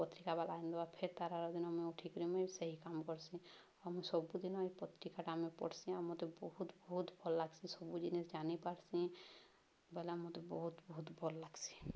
ପତ୍ରିକା ବା ଆଇନ ଦବା ଫେର୍ ତା'ର୍ ଆଗ ଦିନ ମୁଁ ଉଠିକିରି ମୁଇଁ ସେଇ କାମ କର୍ସି ଆଉ ମୁଁ ସବୁଦିନ ଏଇ ପତ୍ରିକାଟା ଆମେ ପଢ଼୍ସି ଆଉ ମତେ ବହୁତ ବହୁତ ଭଲ୍ ଲାଗ୍ସି ସବୁ ଜିନିଷ୍ ଜାନିପାର୍ସି ବଲା ମୋତେ ବହୁତ ବହୁତ ଭଲ୍ ଲାଗ୍ସି